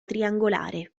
triangolare